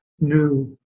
new